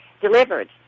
delivered